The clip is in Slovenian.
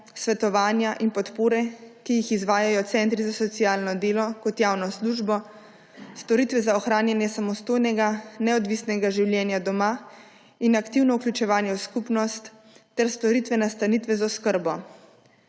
svetovanja in podpore, ki jih izvajajo centri za socialno delo kot javno službo, storitve za ohranjanje samostojnega, neodvisnega življenja doma in aktivno vključevanje v skupnost ter storitve nastanitve z oskrbo.